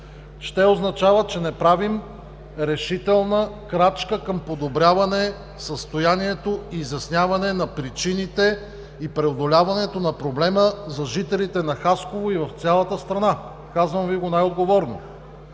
ще означава, че не правим решителна крачка към подобряване състоянието, изясняване на причините и преодоляването на проблема за жителите на Хасково и в цялата страна. Казвам Ви го най-отговорно.